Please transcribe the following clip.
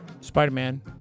Spider-Man